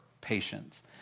patience